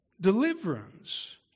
Deliverance